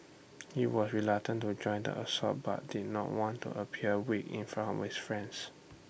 he was reluctant to join in the assault but did not want appear weak in front of his friends